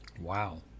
Wow